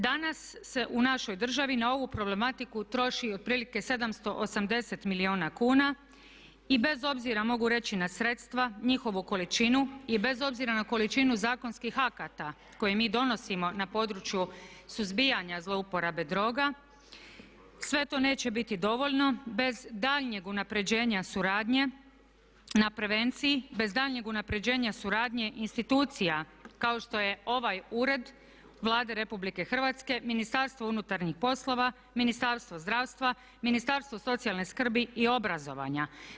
Danas se u našoj državi na ovu problematiku troši otprilike 780 milijuna kuna i bez obzira mogu reći na sredstva, njihovu količinu i bez obzira na količinu zakonskih akata koje mi donosimo na području suzbijanja zlouporabe droga sve to neće biti dovoljno bez daljnjeg unapređenja suradnje, na prevenciji, bez daljnjeg unapređenja suradnje institucija kao što je ovaj ured Vlade Republike Hrvatske, Ministarstvo unutarnjih poslova, Ministarstvo zdravstva, Ministarstvo socijalne skrbi i obrazovanja.